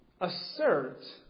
assert